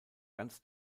ganz